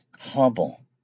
Hubble